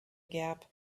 gap